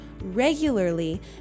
regularly